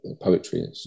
poetry